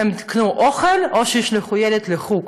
האם הם יקנו אוכל, או ישלחו ילד לחוג?